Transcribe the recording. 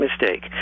mistake